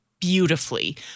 beautifully